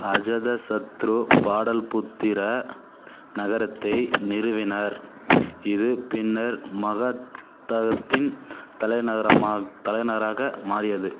அஜாத சத்ரு பாடலிபுத்திர நகரத்தை நிறுவினார் இது பின்னர் மகதத்தின் தலைநகரமாக தலைநகராக மாறியது